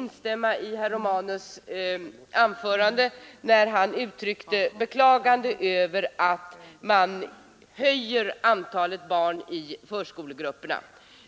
instämma i herr Romanus” anförande, där han uttryckte sitt beklagande av att man höjer antalet barn i förskolegrupperna.